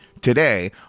today